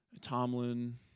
Tomlin